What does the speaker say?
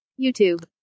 YouTube